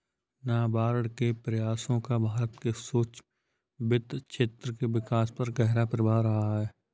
नाबार्ड के प्रयासों का भारत के सूक्ष्म वित्त क्षेत्र के विकास पर गहरा प्रभाव रहा है